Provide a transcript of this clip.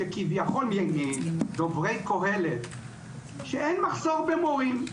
מדוברי פורום קהלת שאין מחסור במורים,